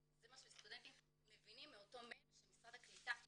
וזה מה שהסטודנטים מבינים מאותו מייל שמשרד הקליטה מוציא.